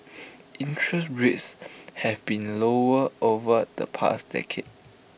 interest rates have been lower over the past decade